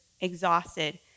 exhausted